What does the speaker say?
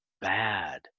bad